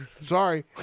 Sorry